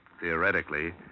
theoretically